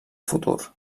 futur